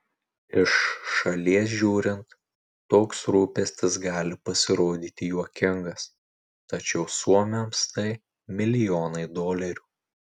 iš šalies žiūrint toks rūpestis gali pasirodyti juokingas tačiau suomiams tai milijonai dolerių